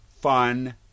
Fun